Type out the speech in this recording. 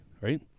right